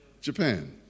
Japan